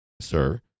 sir